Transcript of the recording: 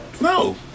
No